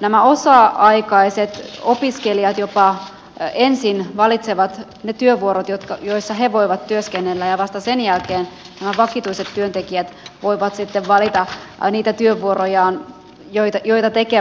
nämä osa aikaiset opiskelijat jopa ensin valitsevat ne työvuorot joissa he voivat työskennellä ja vasta sen jälkeen nämä vakituiset työntekijät voivat valita niitä työvuorojaan joita tekevät